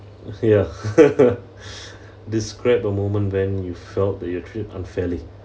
ya describe a moment when you felt that you're treated unfairly